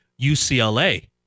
UCLA